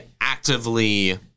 actively